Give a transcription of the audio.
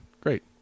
Great